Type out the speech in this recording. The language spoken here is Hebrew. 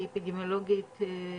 כאפידמיולוגית,